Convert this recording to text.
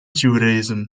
judaism